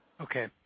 Okay